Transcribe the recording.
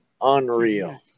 Unreal